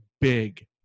big